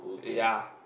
ya